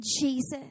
Jesus